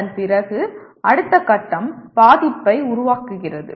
அதன் பிறகு அடுத்த கட்டம் பாதிப்பை உருவாக்குகிறது